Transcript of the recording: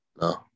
No